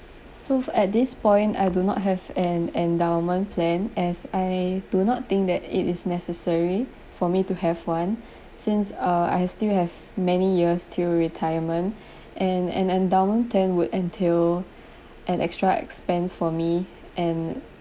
so at this point I do not have an endowment plan as I do not think that it is necessary for me to have one since uh I still have many years till retirement and an an endowment plan would entail an extra expense for me and